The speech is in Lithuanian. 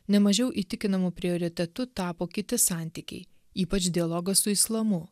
ne mažiau įtikinamu prioritetu tapo kiti santykiai ypač dialogas su islamu